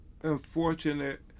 unfortunate